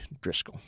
Driscoll